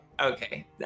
okay